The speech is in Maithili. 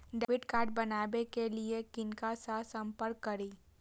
डैबिट कार्ड बनावे के लिए किनका से संपर्क करी?